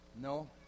No